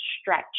stretch